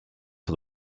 for